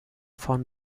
von